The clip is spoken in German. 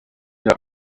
der